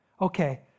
Okay